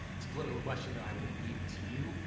it's a political question that i will leave to you,